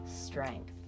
strength